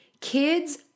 kids